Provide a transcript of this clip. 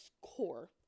core